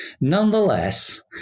nonetheless